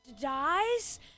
Dies